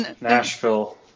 Nashville